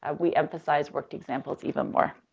ah we emphasize worked examples even more.